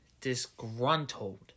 disgruntled